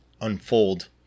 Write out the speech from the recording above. unfold